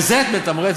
ובזה את מתמרצת,